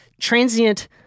transient